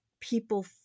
People